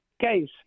case